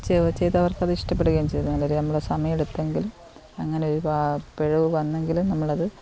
ചെയ്ത് ചെയ്തവർക്ക് അത് ഇഷ്ടപ്പെടുകയും ചെയ്തു നല്ല രീതിയിൽ നമ്മൾ സമയമെടുത്തെങ്കിലും അങ്ങനെയൊരു ബാ പിഴവ് വന്നെങ്കിലും നമ്മളത്